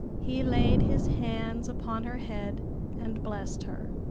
he laid his hands upon her head and blessed her.